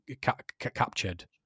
captured